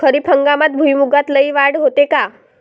खरीप हंगामात भुईमूगात लई वाढ होते का?